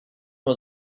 nur